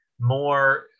more